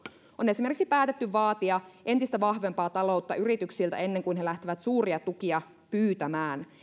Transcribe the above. on esimerkiksi päätetty vaatia entistä vahvempaa taloutta yrityksiltä ennen kuin he lähtevät suuria tukia pyytämään